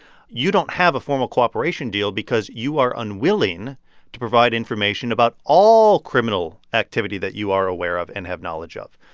you don't have a formal cooperation deal because you are unwilling to provide information about all criminal activity that you are aware of and have knowledge of.